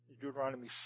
Deuteronomy